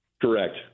Correct